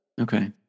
Okay